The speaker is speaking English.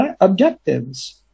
objectives